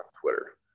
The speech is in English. Twitter